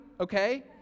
okay